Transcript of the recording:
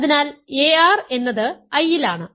അതിനാൽ ar എന്നത് I ലാണ്